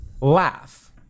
laugh